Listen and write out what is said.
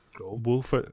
Wolf